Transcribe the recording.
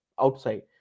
outside